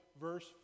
verse